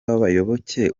abayoboke